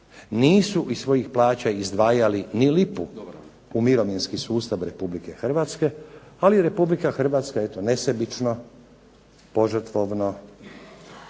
nisu iz svojih plaća izdvajali ni lipu u mirovinski sustav Republike Hrvatske, ali Republike Hrvatska eto nesebično, požrtvovno